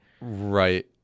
Right